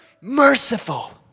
merciful